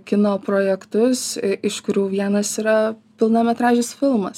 kino projektus iš kurių vienas yra pilnametražis filmas